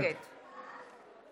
שצריכים